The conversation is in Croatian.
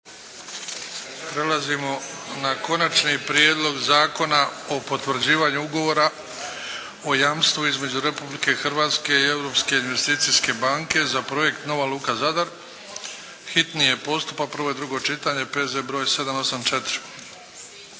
Prelazimo na - Konačni prijedlog zakona o potvrđivanju Ugovora o jamstvu između Republike Hrvatske i Europske investicijske banke za projekt "Nova luka Zadar", hitni postupak, prvo i drugo čitanje, P.Z. br. 784